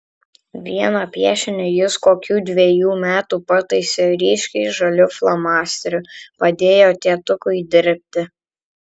vieną piešinį jis kokių dvejų metų pataisė ryškiai žaliu flomasteriu padėjo tėtukui dirbti